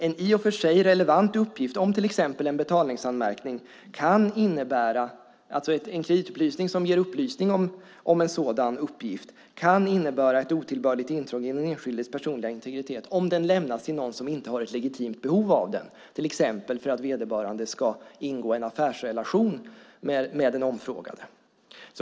En i och för sig relevant uppgift om till exempel en betalningsanmärkning, alltså en kreditupplysning som upplyser om en sådan uppgift, kan innebära otillbörligt intrång i enskilds personliga integritet om upplysningen lämnas till någon som inte har ett legitimt behov av den, till exempel för att vederbörande ska ingå en affärsrelation med den omfrågade.